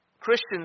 Christians